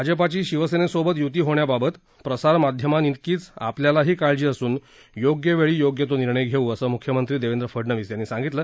भाजपाची शिवसेनेसोबत यूती होण्याबाबत प्रसारमाध्यमांइतकीच आपल्यालाही काळजी असून योग्य वेळी योग्य तो निर्णय घेऊ असं म्ख्यमंत्री देवेंद्र फडनवीस यांनी सांगितलं